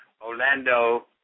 Orlando –